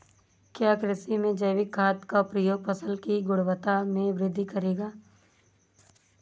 क्या कृषि में जैविक खाद का प्रयोग फसल की गुणवत्ता में वृद्धि करेगा?